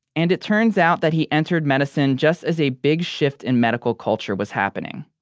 and it turns out that he entered medicine just as a big shift in medical culture was happening.